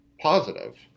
positive